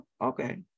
Okay